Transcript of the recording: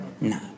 No